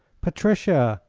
patricia,